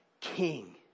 king